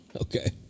Okay